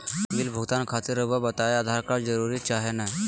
Bill भुगतान खातिर रहुआ बताइं आधार कार्ड जरूर चाहे ना?